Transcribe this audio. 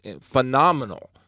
phenomenal